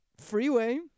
freeway